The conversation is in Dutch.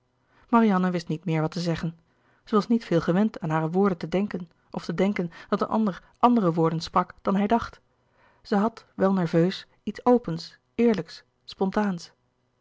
marianne wist niet meer wat te zeggen zij was niet veel gewend aan hare woorden te denken of te denken dat een ander andere woorden sprak dan hij dacht zij had wel nerveus iets opens eerlijks spontaans